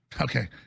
okay